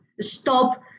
Stop